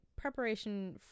preparation